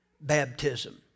baptism